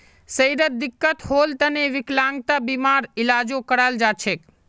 शरीरत दिक्कत होल तने विकलांगता बीमार इलाजो कराल जा छेक